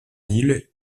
ville